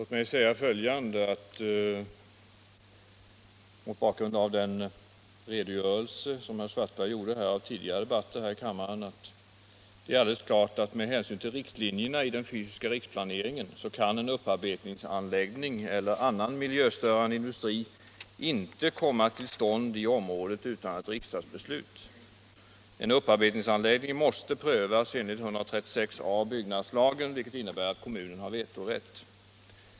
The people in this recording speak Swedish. Herr talman! Låt mig mot bakgrund av den redogörelse som herr Svartberg gav för tidigare debatter här i kammaren säga att det är alldeles klart att med hänsyn till riktlinjerna i den fysiska riksplaneringen kan en upparbetningsanläggning eller annan miljöstörande industri inte komma till stånd i området utan ett riksdagsbeslut. En upparbetningsanläggning måste prövas enligt 136 a § byggnadslagen, vilket innebär att kommunen har vetorätt.